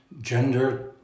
Gender